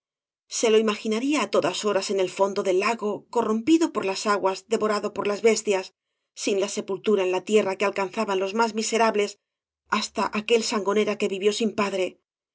se lo imaginaría á todas horas en el fondo del lago corrompido por las aguas devorado por las bestias sin la sepultura en tierra que alcanzaban los más miserables hasta aquel sangonera que vivió sin padre